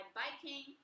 biking